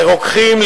לרוקחים,